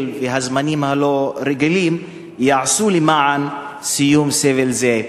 והזמנים הלא-רגילים יעשו למען סיום סבל זה.